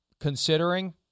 considering